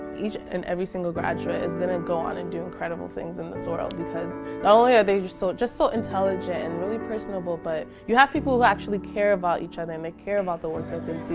each and every single graduate is gonna go on and do incredible things in the soil because not only are they just so just so intelligent and really personable, but you have people who actually care about each other and they care about the work that